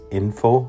info